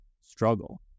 struggle